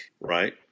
right